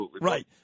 right